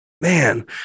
man